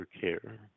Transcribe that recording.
care